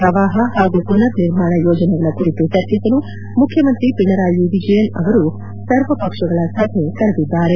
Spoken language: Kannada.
ಪ್ರವಾಪ ಹಾಗೂ ಪುನರ್ನಿರ್ಮಾಣ ಯೋಜನೆಗಳ ಕುರಿತು ಚರ್ಚಿಸಲು ಮುಖ್ಯಮಂತ್ರಿ ಪಿಣರಾಯಿ ವಿಜಯನ್ ಅವರು ಸರ್ವಪಕ್ಷಗಳ ಸಭೆ ಕರೆದಿದ್ದಾರೆ